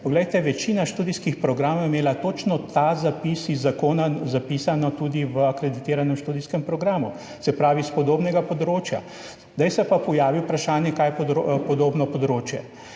pogoje. Večina študijskih programov je imela točno ta zapis iz zakona zapisan tudi v akreditiranem študijskem programu, se pravi, s podobnega področja. Zdaj se pa pojavi vprašanje, kaj je podobno področje.